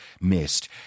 missed